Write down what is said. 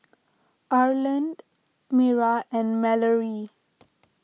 Arland Mira and Malorie